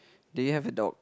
do you have a dog